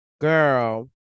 Girl